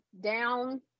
down